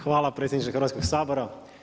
Hvala predsjedniče Hrvatskog sabora.